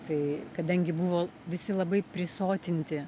tai kadangi buvo visi labai prisotinti